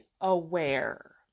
aware